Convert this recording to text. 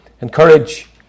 Encourage